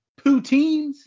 poutines